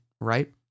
right